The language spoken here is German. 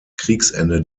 kriegsende